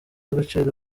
agaciro